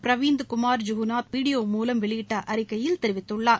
Pravind Kumar Jugnauth video மூலம் வெளியிட்ட அறிக்கையில் தெரிவித்துள்ளார்